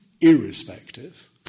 irrespective